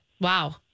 Wow